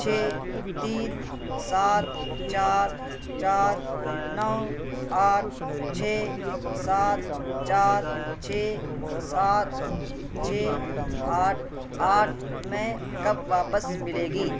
چھ تین سات چار چار نو آٹھ چھ سات چار چھ سات چھ آٹھ آٹھ میں کب واپس ملے گی